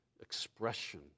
expression